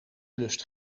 lust